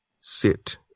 sit